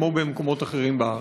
כמו במקומות אחרים בארץ.